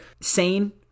sane